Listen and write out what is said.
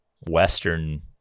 Western